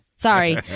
Sorry